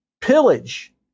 pillage